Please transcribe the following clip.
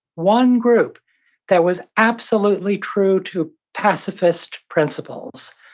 one group that was absolutely true to pacifists principles.